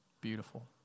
Beautiful